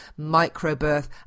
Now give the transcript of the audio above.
Microbirth